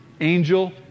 Angel